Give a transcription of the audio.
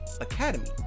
academy